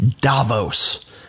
Davos